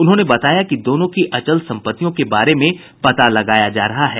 उन्होंने बताया कि दोनों की अचल संपत्तियों के बारे में पता लगाया जा रहा है